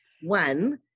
one